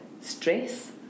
stress